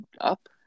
up